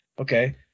Okay